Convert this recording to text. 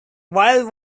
while